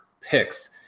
picks